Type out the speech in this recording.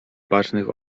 bacznych